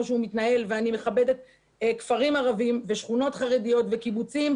שהוא מתנהל ואני מכבדת כפרים ערביים ושכונות חרדיות וקיבוצים,